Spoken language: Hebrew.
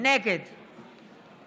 נגד